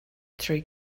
trwy